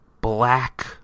black